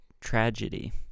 Tragedy